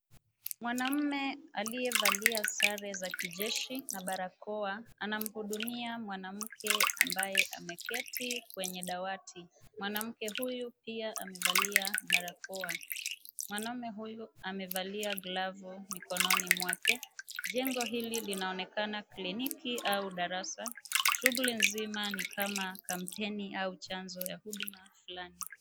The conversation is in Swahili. Mwanamme aliyevalia sare za kijeshi na barakoa anamhudumia mwanamke ambaye ameketi kwenye dawati. Mwanamke huyu pia amevalia barakoa. Mwanamme huyu amevalia glavu mikononi mwake. Jengo hili linaonekana kliniki au darasa. Shughuli nzima ni kama kampeni au chanzo ya huduma fulani.